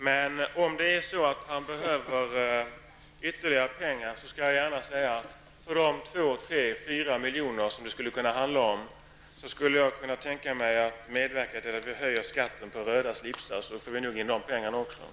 Men om utrikesministern behöver ytterligare pengar skall jag gärna säga att för de 2--4 miljoner som det kan handla om kan jag tänka mig att medverka till att höja skatten på röda slipsar så att även de pengarna kommer in.